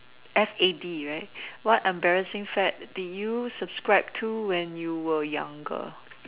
F A D right what embarrassing fad did you subscribe to when you were younger